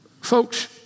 folks